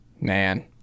Man